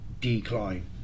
decline